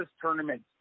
tournament